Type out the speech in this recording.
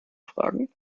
fragen